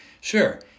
sure